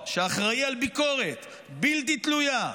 חוק, שאחראי על ביקורת בלתי תלויה,